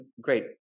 great